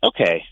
okay